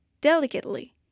delicately